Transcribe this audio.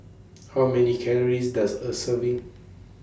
How Many Calories Does A Serving